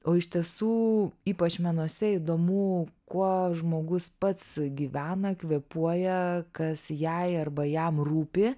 o iš tiesų ypač menuose įdomu kuo žmogus pats gyvena kvėpuoja kas jai arba jam rūpi